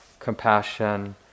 compassion